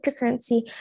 cryptocurrency